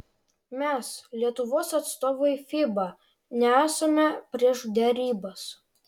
mes lietuvos atstovai fiba nesame prieš derybas